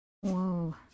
Whoa